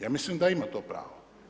Ja mislim da ima to pravo.